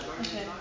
Okay